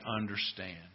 understand